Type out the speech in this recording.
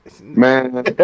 Man